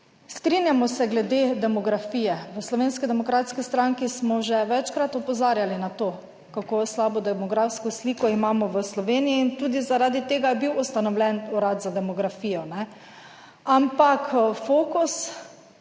Strinjamo se glede demografije, v Slovenski demokratski stranki smo že večkrat opozarjali na to kako slabo demografsko sliko imamo v Sloveniji in tudi, zaradi tega je bil ustanovljen Urad za demografijo. Ampak fokus